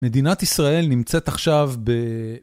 מדינת ישראל נמצאת עכשיו ב...